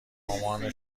مامان